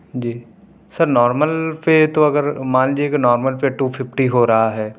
جی sir normal پہ تو اگر مان لیجیے کہ نارمل پہ ٹو فپٹی ہو رہا ہے